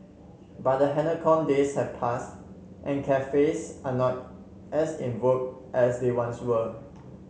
but the halcyon days have passed and cafes are not as in vogue as they once were